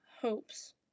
hopes